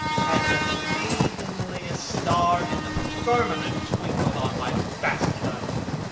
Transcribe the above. had the maidenliest star in the firmament twinkled on my bastardizing.